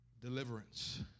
deliverance